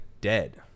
dead